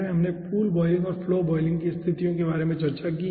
हमने pool boiling और flow boiling की स्थितियों के बारे में चर्चा की है